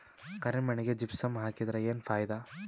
ಕರಿ ಮಣ್ಣಿಗೆ ಜಿಪ್ಸಮ್ ಹಾಕಿದರೆ ಏನ್ ಫಾಯಿದಾ?